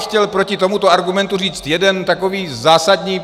Chtěl bych proti tomuto argumentu říct jeden takový zásadní...